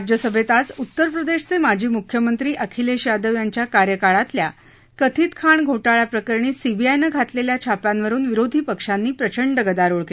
राज्यसभेत आज उत्तरप्रदेशाचे माजी मुख्यमंत्री अखिलेश यादव यांच्या कार्यकाळातल्या कथित खाण घोटाळ्याप्रकरणी सीबीआयनं घातलेल्या छाप्यांवरुन विरोधी पक्षांनी प्रचंड गदारोळ केला